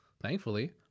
thankfully